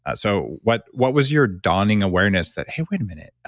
ah so what what was your dawning awareness that, hey, wait a minute,